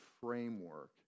framework